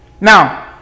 Now